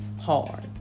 hard